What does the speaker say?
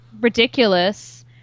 ridiculous